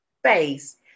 space